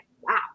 wow